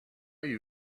you